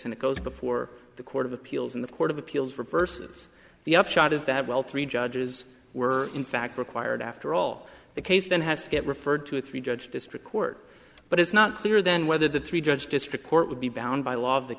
and it goes before the court of appeals in the court of appeals reverses the upshot is that while three judges were in fact required after all the case then has to get referred to a three judge district court but it's not clear then whether the three judge district court would be bound by law